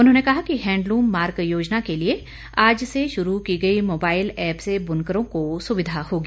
उन्होंने कहा कि हैंडलूम मार्क योजना के लिए आज से शुरू की गई मोबाईल ऐप से बुनकरों को सुविधा होगी